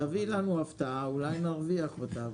תביא לנו הפתעה, אולי נרוויח אותה.